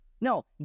No